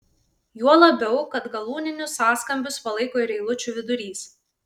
juo labiau kad galūninius sąskambius palaiko ir eilučių vidurys